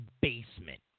basement